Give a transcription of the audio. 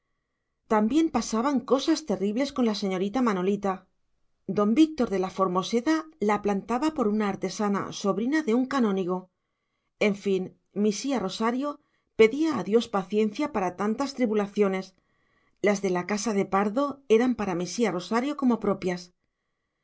también pasaban cosas terribles con la señorita manolita don víctor de la formoseda la plantaba por una artesana sobrina de un canónigo en fin misia rosario pedía a dios paciencia para tantas tribulaciones las de la casa de pardo eran para misia rosario como propias si todo esto había llegado a oídos de nucha por